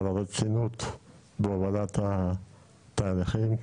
על הרצינות בהובלת התהליכים,